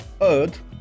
Earth